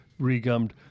regummed